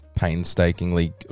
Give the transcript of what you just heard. painstakingly